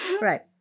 Right